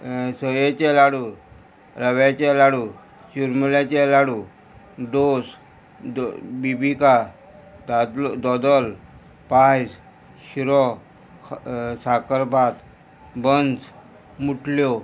सोयेचे लाडू रव्याचे लाडू चिरमुळ्याचे लाडू दोस दो बिबिका दादलो दोदोल पायस शिरो साकरभात बन्स मुटल्यो